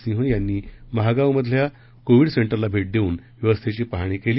सिंह यांनी महागाव मधल्या कोव्हीड सेंटरला भेट देऊन व्यवस्थेची पाहणी केली